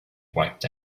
wiped